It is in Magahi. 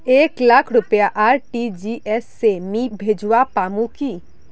एक लाख रुपया आर.टी.जी.एस से मी भेजवा पामु की